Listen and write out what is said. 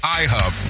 iHub